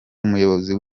umuyobozi